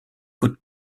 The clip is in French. côtes